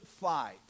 fight